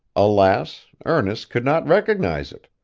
alas, ernest could not recognize it!